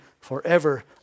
forever